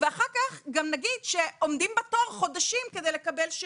ואחר כך נגיד שעומדים בתור חודשים כדי לקבל שירות.